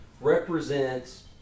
represents